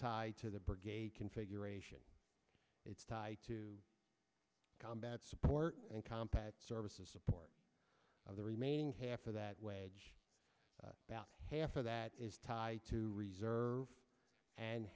tied to the configuration it's tied to combat support and compact services support of the remaining half of that about half of that is tied to reserve and